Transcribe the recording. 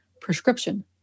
prescription